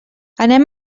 anem